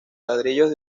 ladrillos